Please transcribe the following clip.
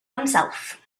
himself